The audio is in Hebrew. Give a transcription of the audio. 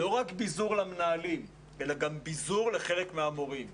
לא רק ביזור למנהלים אלא גם ביזור לחלק מהמורים.